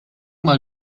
mal